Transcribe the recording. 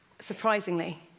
surprisingly